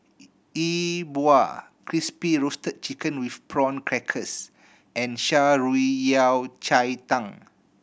E Bua Crispy Roasted Chicken with Prawn Crackers and Shan Rui Yao Cai Tang